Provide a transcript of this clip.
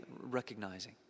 recognizing